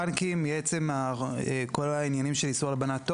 בנקים, מעצם כל העניינים של איסור הלבנת הון,